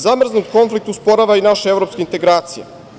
Zamrznut konflikt usporava i naše evropske integracije.